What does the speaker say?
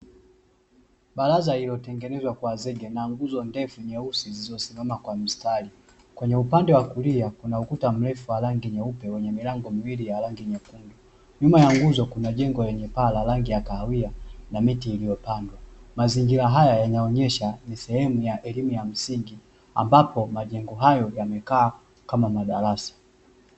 Bazara lilotengenezwa kwa zege na nguzo ndefu nyeusi zilizosimama kwa mstari, kwenye upande wa kulia kuna ukuta mrefu wa rangi nyeupe wenye milango miwili ya rangi nyekundu. Nyuma ya nguzo kuna jengo lenye paa la rangi ya kahawia na miti iliyopandwa. Mazingira haya yanaonyesha ni sehemu ya elimu ya msingi, ambapo majengo hayo yamekaa kama madarasa.